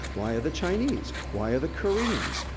why are the chinese, why are the koreans,